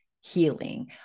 healing